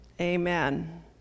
Amen